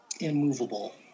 immovable